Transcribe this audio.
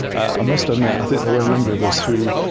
ah must admit i think there were a number of us who,